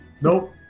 Nope